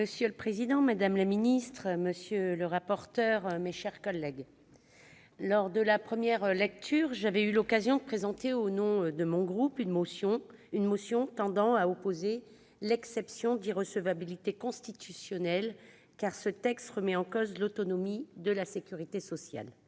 Monsieur le président, madame la ministre, mes chers collègues, lors de la première lecture, j'avais eu l'occasion de présenter au nom de mon groupe une motion tendant à opposer l'exception d'irrecevabilité constitutionnelle, car ce texte remet en cause l'autonomie de la sécurité sociale.